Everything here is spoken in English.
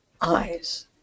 eyes